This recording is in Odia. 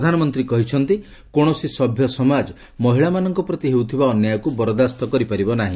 ପ୍ରଧାନମନ୍ତୀ କହିଛନ୍ତି କୌଣସି ସଭ୍ୟ ସମାଜ ମହିଳାମାନଙ୍କ ପ୍ରତି ହେଉଥିବା ଅନ୍ୟାୟକୁ ବରଦାସ୍ତ କରିପାରିବ ନାହି